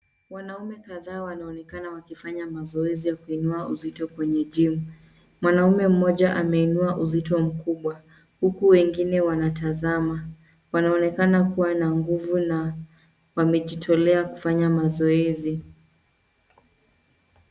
Wanaume kadhaa wanaonekana wakifanya mazoezi ya kuinua uzito kweney cs[gym]cs. Mwanaume moja ameinua uzito mkubwa huku wengine wanatazama. Wanaonekana kuwa na nguvu na wamejitolea kufanya mazoezi.